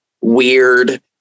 weird